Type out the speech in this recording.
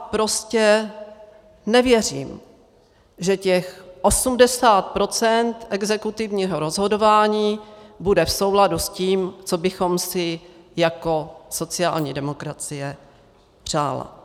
Já prostě nevěřím, že těch 80 % exekutivního rozhodování bude v souladu s tím, co bychom si jako sociální demokracie přáli.